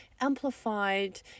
amplified